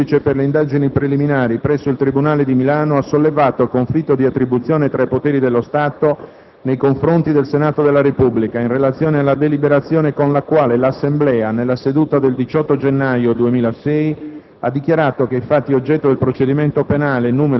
Con ricorso del 22 luglio 2006, dichiarato ammissibile dalla Corte costituzionale, il tribunale di Milano ha sollevato conflitto di attribuzione tra poteri dello Stato nei confronti del Senato della Repubblica, in relazione alla deliberazione con la quale l'Assemblea, nella seduta 18 gennaio 2006,